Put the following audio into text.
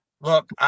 Look